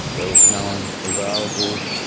there was no one available.